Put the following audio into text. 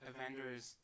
Avengers